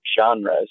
genres